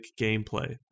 gameplay